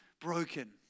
broken